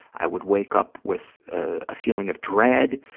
i would wake up with a feeling of dread.